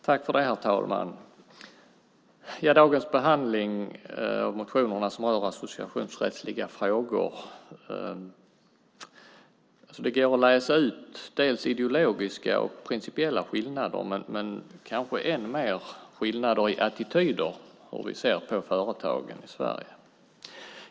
Herr talman! I dagens behandling av motionerna som rör associationsrättsliga frågor går det att läsa ut dels ideologiska och principiella skillnader, dels - kanske ännu mer - skillnader i attityder hur vi ser på företagen i Sverige.